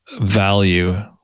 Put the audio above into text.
value